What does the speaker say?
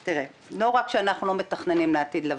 תראה, לא רק שאנחנו לא מתכננים לעתיד לבוא.